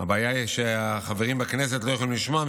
הבעיה היא שהחברים בכנסת לא יכולים לשמוע,